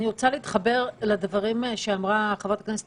אני רוצה להתחבר לדברים שאמרה חברת הכנסת